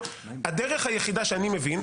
הדרך היחידה שאני מבין,